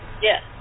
Yes